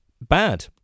bad